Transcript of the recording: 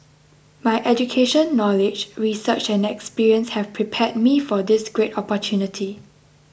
my education knowledge research and experience have prepared me for this great opportunity